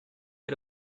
era